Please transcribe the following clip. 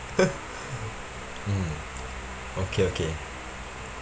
mm okay okay